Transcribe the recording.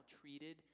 treated